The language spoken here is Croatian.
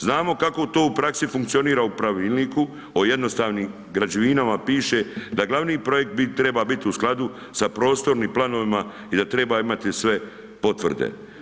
Znamo kako to u praksi funkcionira u pravilniku o jednostavnim građevinama piše da glavni projekt treba biti u skladu sa prostornim planovima i da treba imati sve potvrde.